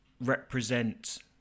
represent